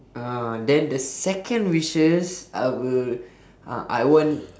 ah then the second wishes I will ah I want